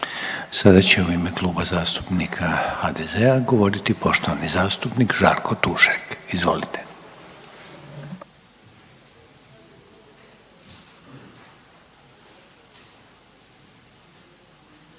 Sada će u ime Kluba zastupnika HDZ-a govoriti poštovani zastupnik Žarko Tušek. Izvolite.